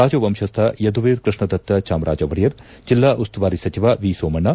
ರಾಜವಂಶಸ್ವ ಯದುವೀರ್ ಕೃಷ್ಣದತ್ತ ಚಾಮರಾಜ ಒಡೆಯರ್ ಜಿಲ್ಲಾ ಉಸ್ತುವಾರಿ ಸಚಿವ ಮಿಸೋಮಣ್ಣ